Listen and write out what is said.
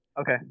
Okay